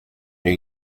new